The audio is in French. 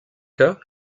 cas